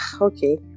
Okay